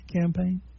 campaign